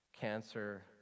cancer